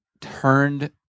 Turned